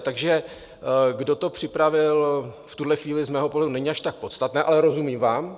Takže kdo to připravil, v tuhle chvíli z mého pohledu není až tak podstatné, ale rozumím vám.